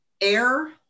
air